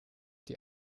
die